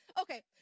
Okay